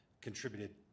contributed